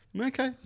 Okay